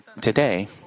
today